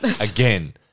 Again